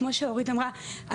כמו שאורית אמרה,